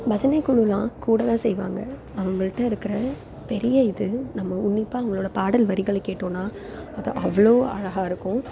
பஜனைக்குழுலாம் கூட தான் செய்வாங்க அவங்கள்ட்ட இருக்கிற பெரிய இது நம்ம உன்னிப்பாக அவங்களோட பாடல் வரிகளை கேட்டோம்னா அது அவ்வளோ அழகாயிருக்கும்